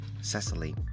Cecily